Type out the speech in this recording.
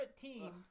team